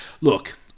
look